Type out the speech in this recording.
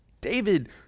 David